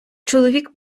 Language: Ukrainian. чоловік